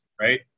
Right